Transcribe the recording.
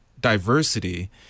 diversity